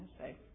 say